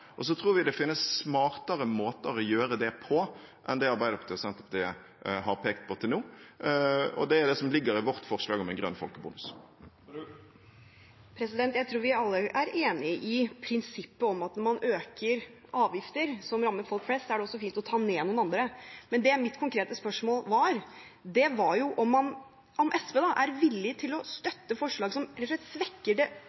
Og så tror vi det finnes smartere måter å gjøre det på enn det Arbeiderpartiet og Senterpartiet har pekt på til nå. Det er det som ligger i vårt forslag om en grønn folkebonus. Jeg tror vi alle er enig i prinsippet om at når man øker avgifter som rammer folk flest, er det også fint å ta ned noen andre. Mitt konkrete spørsmål var om SV er villig til å støtte forslag som rett og slett svekker poenget med økning i CO 2 -avgiften, poenget med å sette en pris på det